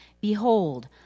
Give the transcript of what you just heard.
Behold